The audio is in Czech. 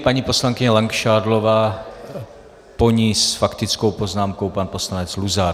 Paní poslankyně Langšádlová, po ní s faktickou poznámkou pan poslanec Luzar.